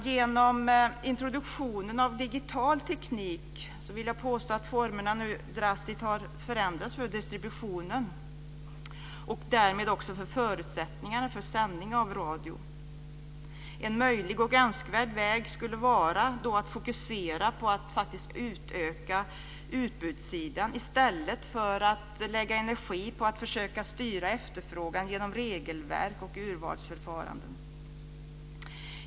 Genom introduktionen av digital teknik har, vill jag påstå, formerna nu drastiskt förändrats för distributionen och därmed också för förutsättningarna för sändning av radio. En möjlig och önskvärd väg skulle då vara att fokusera på att faktiskt utöka utbudssidan i stället för att lägga energi på att försöka styra efterfrågan genom regelverk och urvalsförfaranden.